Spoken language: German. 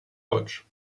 deutsch